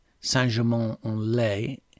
Saint-Germain-en-Laye